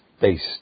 based